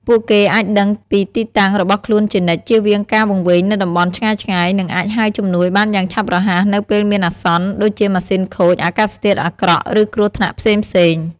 ពួកគេអាចដឹងពីទីតាំងរបស់ខ្លួនជានិច្ច ជៀសវាងការវង្វេងនៅតំបន់ឆ្ងាយៗ និងអាចហៅជំនួយបានយ៉ាងឆាប់រហ័សនៅពេលមានអាសន្ន ដូចជាម៉ាស៊ីនខូច អាកាសធាតុអាក្រក់ ឬគ្រោះថ្នាក់ផ្សេងៗ។